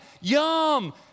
Yum